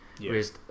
Whereas